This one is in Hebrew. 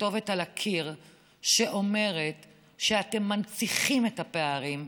הכתובת על הקיר שאומרת שאתם מנציחים את הפערים,